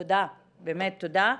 תודה, באמת תודה.